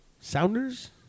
Sounders